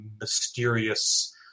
mysterious